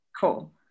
Cool